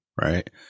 Right